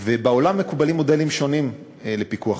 בעולם מקובלים מודלים שונים לפיקוח,